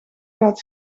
gaat